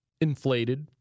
inflated